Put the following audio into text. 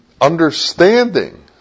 understanding